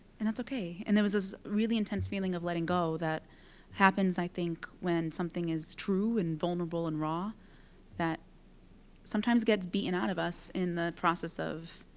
and that's ok. and there was this really intense feeling of letting go that happens, i think, when something is true and vulnerable and raw that sometimes gets beaten out of us in the process of